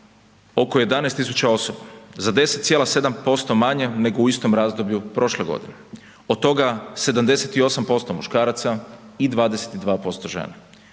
oko 11 tisuća osoba, za 10,7% manje nego u istom razdoblju prošle godine, od toga 78% muškaraca i 22% žena.